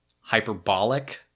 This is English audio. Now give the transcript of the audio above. hyperbolic